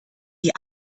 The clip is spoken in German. die